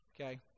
okay